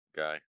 guy